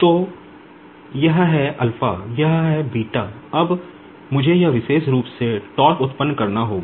तो यह है यह है अब मुझे यह विशेष रूप से उत्पन्न करना होगा